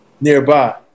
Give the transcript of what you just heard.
nearby